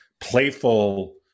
playful